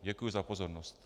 Děkuji za pozornost.